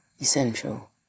essential